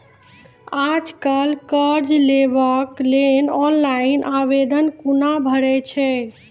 आज कल कर्ज लेवाक लेल ऑनलाइन आवेदन कूना भरै छै?